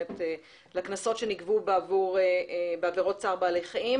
הקנסות שנגבו בעבירות צער בעלי חיים.